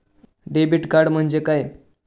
Debit card म्हणजे काय?